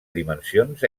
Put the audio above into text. dimensions